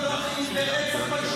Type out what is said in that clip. אדוני השר רוצה להתייחס לנתונים שהבאתי?